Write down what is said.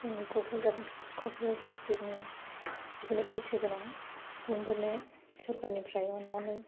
जोंनि कक्राझार कक्राझार डिस्ट्रिक्टनि बिदिनो बैसो गोनां सुबुंफोरनो सोरकारनिफ्राय अननानै